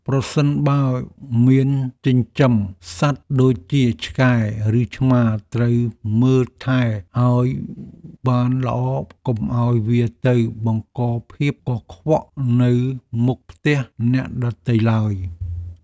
ប្រសិនបើមានចិញ្ចឹមសត្វដូចជាឆ្កែឬឆ្មាត្រូវមើលថែឱ្យបានល្អកុំឱ្យវាទៅបង្កភាពកខ្វក់នៅមុខផ្ទះអ្នកដទៃឡើយ។